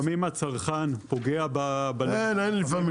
לפעמים הצרכן פוגע ב -- אין לפעמים.